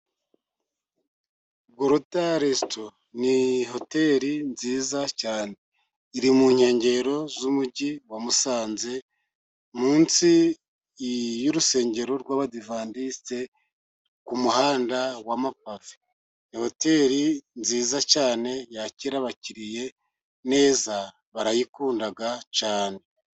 Gulota resito ni hoteri nziza cyane. Iri mu nkengero z'umujyi wa Musanze, munsi y'urusengero rw'Abadivantisite ku muhanda w'amapave. Iyo hoteli nziza cyane yakira abakiriya neza, barayikunda cyane.